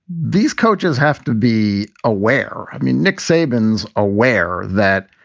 these coaches have to be aware. i mean, nick saban's aware that,